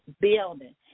building